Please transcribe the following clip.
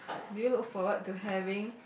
do you look forward to having